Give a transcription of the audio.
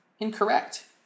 Incorrect